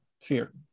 fear